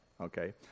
okay